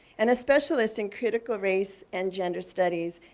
and a specialist in critical race and gender studies,